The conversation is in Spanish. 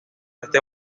este